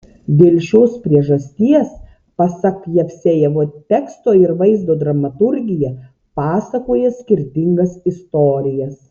dėl šios priežasties pasak jevsejevo teksto ir vaizdo dramaturgija pasakoja skirtingas istorijas